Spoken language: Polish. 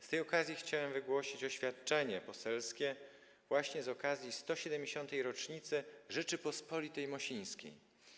Z tej okazji chciałem wygłosić oświadczenie poselskie - właśnie z okazji 170. rocznicy Rzeczypospolitej Mosińskiej.